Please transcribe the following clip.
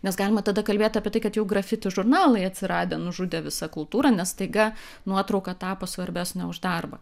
nes galima tada kalbėt apie tai kad jau grafiti žurnalai atsiradę nužudė visą kultūrą nes staiga nuotrauka tapo svarbesnė už darbą